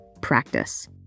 practice